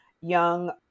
young